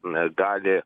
na gali